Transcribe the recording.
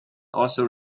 also